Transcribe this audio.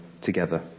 together